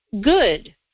good